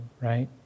right